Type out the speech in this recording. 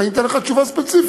ואני אתן לך תשובה ספציפית.